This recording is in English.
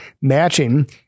matching